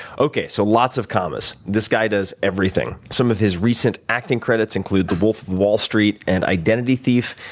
okay. so lots of commas. this guy does everything. some of his recent acting credits include the wolf of wall street and identity thief,